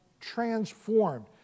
transformed